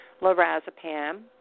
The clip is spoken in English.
Lorazepam